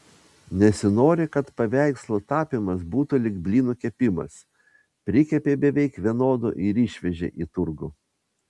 nesinori kad paveikslų tapymas būtų lyg blynų kepimas prikepei beveik vienodų ir išvežei į turgų